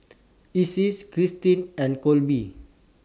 Icy's Kirstin and Kolby